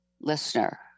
listener